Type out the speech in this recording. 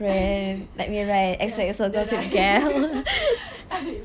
yes then I